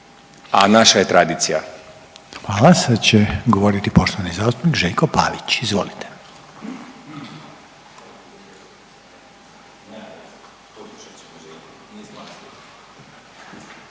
Željko (HDZ)** Hvala. Sad će govoriti poštovani zastupnik Željko Pavić, izvolite.